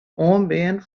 oanbean